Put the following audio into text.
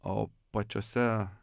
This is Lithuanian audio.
o pačiose